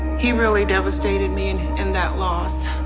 he really devastated me in in that loss,